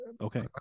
Okay